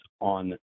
on